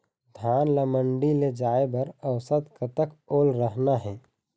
धान ला मंडी ले जाय बर औसत कतक ओल रहना हे?